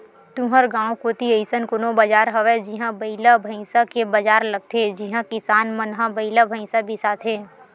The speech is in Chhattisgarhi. तुँहर गाँव कोती अइसन कोनो बजार हवय जिहां बइला भइसा के बजार लगथे जिहां किसान मन ह बइला भइसा बिसाथे